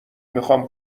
میخوام